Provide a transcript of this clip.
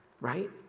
right